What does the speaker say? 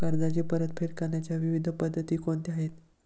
कर्जाची परतफेड करण्याच्या विविध पद्धती कोणत्या आहेत?